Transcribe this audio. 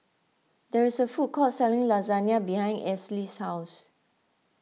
there is a food court selling Lasagna behind Esley's house